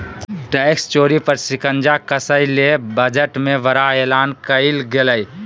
tax चोरी पर शिकंजा कसय ले बजट में बड़ा एलान कइल गेलय